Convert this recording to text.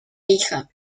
hija